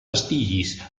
vestigis